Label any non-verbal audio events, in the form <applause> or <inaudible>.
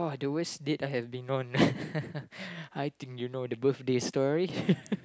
!wah! the ways that I have been on <laughs> I think you know the birthday story <laughs>